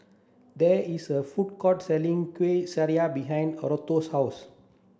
there is a food court selling Kueh Syara behind Arturo's house